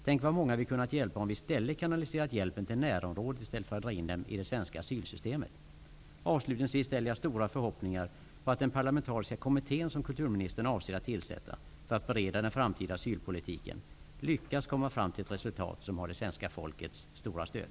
Tänk vad många vi hade kunnat hjälpa om vi hade kanaliserat hjälpen till närområdet i stället för att dra in dem i det svenska asylsystemet. Avslutningsvis ställer jag stora förhoppningar till att den parlamentarisk kommittén som kulturministern avser att tillsätta för att bereda den framtida asylpolitiken skall lyckas komma fram till ett resultat som har det svenska folkets stora stöd.